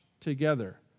together